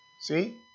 See